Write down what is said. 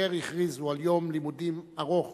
כאשר הכריזו על יום לימודים ארוך